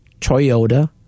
Toyota